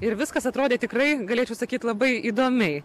ir viskas atrodė tikrai galėčiau sakyt labai įdomiai